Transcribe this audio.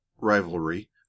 rivalry